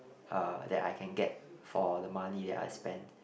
uh that I can get for the money that I spend